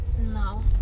No